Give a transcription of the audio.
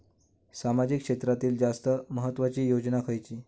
सामाजिक क्षेत्रांतील जास्त महत्त्वाची योजना खयची?